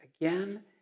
again